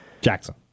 Jackson